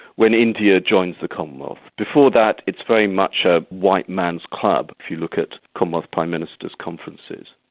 when india joins the commonwealth. before that, it's very much a white man's club, if you look at commonwealth prime ministers' conferences.